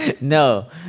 No